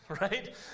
Right